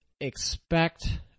expect